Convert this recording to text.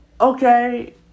okay